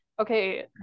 okay